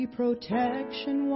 protection